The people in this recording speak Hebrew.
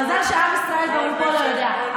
מזל שעם ישראל ברובו לא יודע,